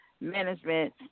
management